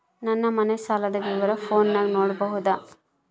ನನ್ನ ಮನೆ ಸಾಲದ ವಿವರ ಫೋನಿನಾಗ ನೋಡಬೊದ?